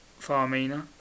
Farmina